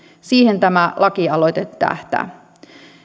siihen tämä lakialoite tähtää